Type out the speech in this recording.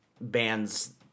bands